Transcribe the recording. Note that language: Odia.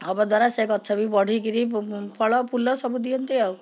ହେବା ଦ୍ୱାରା ସେ ଗଛ ବି ବଢ଼ିକିରି ଫଳ ଫୁଲ ସବୁ ଦିଅନ୍ତି ଆଉ